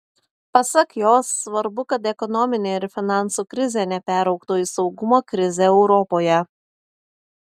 pasak jos svarbu kad ekonominė ir finansų krizė neperaugtų į saugumo krizę europoje